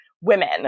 women